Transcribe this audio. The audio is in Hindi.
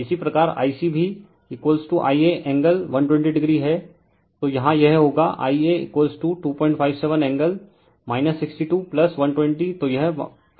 इसी प्रकार I c भी Ia एंगल 120 o तो यहाँ यह होगा Ia257 एंगल 62 120 तो यह 58o एम्पीयर होगा